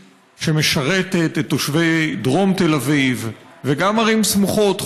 שמשרתת את תושבי דרום תל אביב וגם ערים סמוכות,